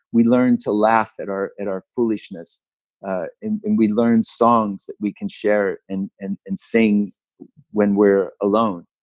we learn to laugh at our at our foolishness ah and and we learn songs that we can share and and and sing when we're alone,